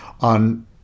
on